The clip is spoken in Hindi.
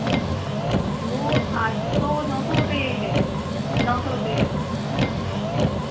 वह आठ सौ नौ सौ रुपये है नौ सौ रुपये है वह